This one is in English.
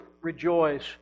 rejoice